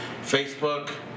Facebook